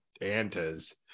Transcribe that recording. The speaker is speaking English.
antes